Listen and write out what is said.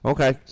Okay